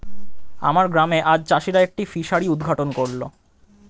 আমার গ্রামে আজ চাষিরা একটি ফিসারি উদ্ঘাটন করল